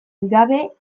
gabe